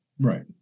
Right